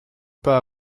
pas